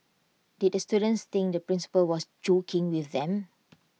did the students think the principal was joking with them